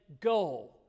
go